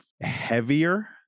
heavier